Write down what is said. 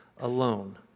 alone